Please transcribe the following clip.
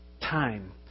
Time